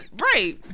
Right